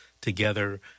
together